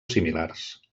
similars